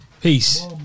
Peace